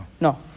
No